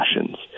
passions